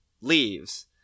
leaves